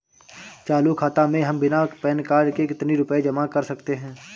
चालू खाता में हम बिना पैन कार्ड के कितनी रूपए जमा कर सकते हैं?